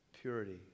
purity